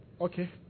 Okay